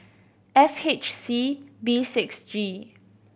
F H C B six G